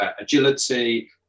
agility